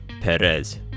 Perez